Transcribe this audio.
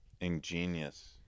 ingenious